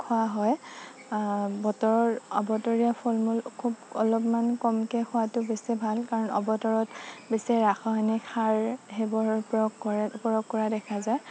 খোৱা হয় বতৰৰ আবতৰীয়া ফলমূল খুব অলপমান কমকৈ খোৱাটো বেছি ভাল কাৰণ আবতৰত বেছি ৰাসায়নিক সাৰ সেইবোৰ প্ৰয়োগ কৰা প্ৰয়োগ কৰা দেখা যায়